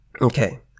Okay